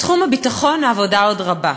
בתחום הביטחון העבודה עוד רבה,